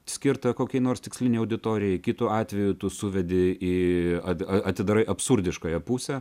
skirtą kokiai nors tikslinei auditorijai kitu atveju tų suvedi į atidarai absurdiškoje pusę